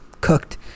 cooked